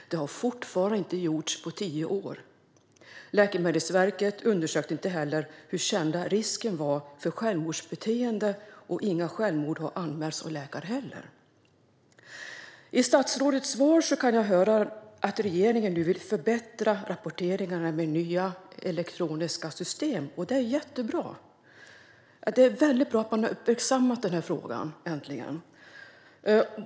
Detta har efter tio år ännu inte gjorts. Läkemedelsverket undersökte inte heller hur känd risken för självmordsbeteende var. Inga självmord har heller anmälts av läkare. I statsrådets svar kan jag höra att regeringen nu vill förbättra rapporteringarna med nya elektroniska system, och det är jättebra. Det är väldigt bra att man äntligen har uppmärksammat den här frågan.